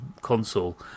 console